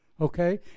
Okay